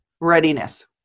readiness